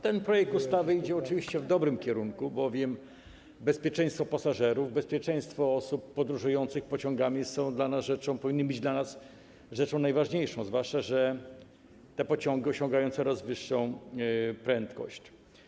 Ten projekt ustawy oczywiście idzie w dobrym kierunku, bowiem bezpieczeństwo pasażerów, bezpieczeństwo osób podróżujących pociągami jest, powinno być dla nas rzeczą najważniejszą, zwłaszcza że te pociągi osiągają coraz większą prędkość.